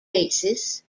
basis